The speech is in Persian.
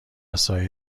سایه